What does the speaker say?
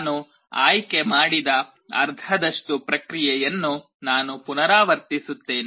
ನಾನು ಆಯ್ಕೆ ಮಾಡಿದ ಅರ್ಧದಷ್ಟು ಪ್ರಕ್ರಿಯೆಯನ್ನು ನಾನು ಪುನರಾವರ್ತಿಸುತ್ತೇನೆ